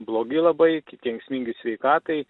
blogi labai kenksmingi sveikatai